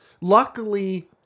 Luckily